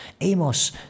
Amos